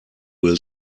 will